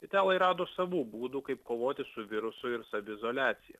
italai rado savų būdų kaip kovoti su virusu ir saviizoliacija